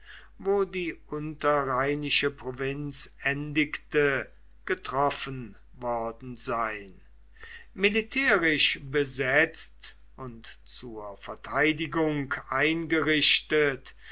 wo die unterrheinische provinz endigte getroffen worden sein militärisch besetzt und zur verteidigung eingerichtet